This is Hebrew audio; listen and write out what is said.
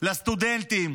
לסטודנטים